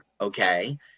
okay